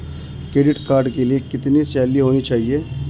Credit card के लिए कितनी सैलरी होनी चाहिए?